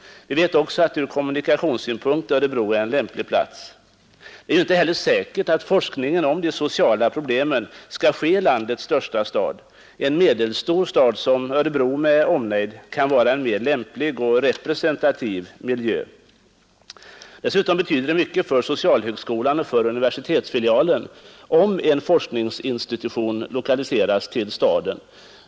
Vi vet också att Örebro är en lämplig plats ur kommunikationssynpunkt. Det är inte heller säkert att forskningen om de sociala problemen skall ske i landets största stad. En medelstor stad som Örebro med omnejd kan vara en mera lämplig och representativ miljö. Dessutom betyder det mycket för socialhögskolan och för universitetsfilialen om en forskningsinstitution lokaliseras till staden.